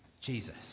Jesus